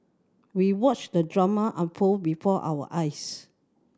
we watched the drama unfold before our eyes